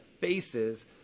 faces